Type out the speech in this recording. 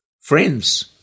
friends